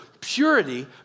purity